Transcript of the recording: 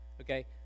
okay